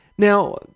Now